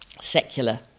secular